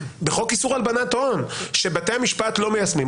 בחוק איסור הלבנת הון שבתי המשפט לא מיישמים,